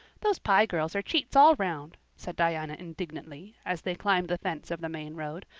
those pye girls are cheats all round, said diana indignantly, as they climbed the fence of the main road.